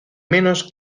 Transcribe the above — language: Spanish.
menos